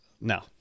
No